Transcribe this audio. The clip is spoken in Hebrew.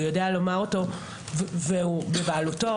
הוא יודע לומר אותו והוא בבעלותו,